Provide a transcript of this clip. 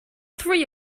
three